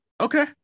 Okay